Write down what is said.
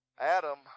Adam